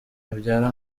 abyara